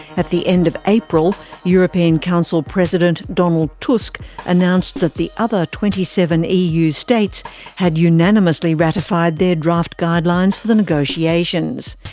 at the end of april, european council president donald tusk announced that the other twenty seven eu states had unanimously ratified their draft guidelines for the negotiations.